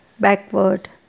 backward